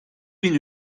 bin